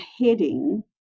heading